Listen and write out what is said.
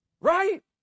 Right